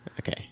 Okay